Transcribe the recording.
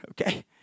Okay